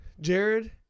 Jared